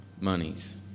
monies